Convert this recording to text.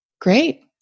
Great